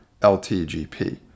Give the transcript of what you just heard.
LTGP